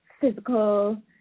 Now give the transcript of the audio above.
physical